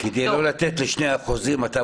אתה יכול לתת ------ חברי